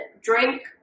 drink